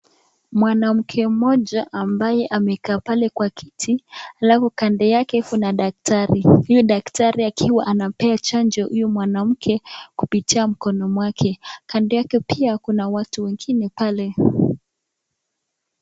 Mwanamke mmoja ambaye amekaa pale kwa kiti halafu kando yake kuna daktari; huyu daktari akiwa anampea chanjo huyu mwanamke kupitia mkono mwake. Kando yake pia kuna watu wengine pale.